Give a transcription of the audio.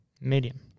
medium